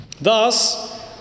Thus